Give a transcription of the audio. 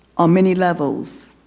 on many levels